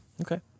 Okay